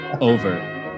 over